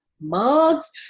mugs